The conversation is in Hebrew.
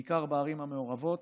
בעיקר בערים המעורבות.